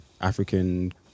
African